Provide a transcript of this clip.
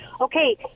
okay